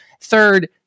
Third